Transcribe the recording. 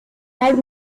has